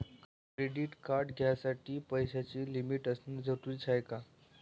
Credit card घ्यासाठी पैशाची कितीक लिमिट असनं जरुरीच हाय?